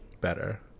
better